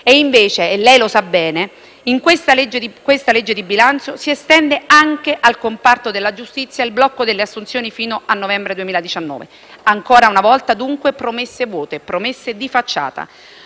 Invece, e lei lo sa bene, in questa legge di bilancio si estende anche al comparto della giustizia il blocco delle assunzioni fino a novembre 2019. Ancora una volta, dunque, promesse vuote, promesse di facciata.